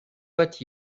what